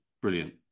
brilliant